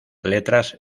letras